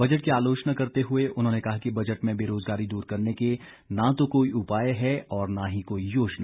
budget की आलोचना करते हुए उन्होंने कहा कि बजट में बेरोजगारी दूर करने के न तो कोई उपाय है और न ही कोई योजना